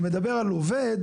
אני מדבר על עובד